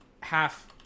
Half